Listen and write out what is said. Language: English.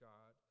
God